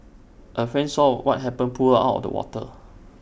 A friend saw what happened pulled her out of the water